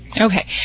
Okay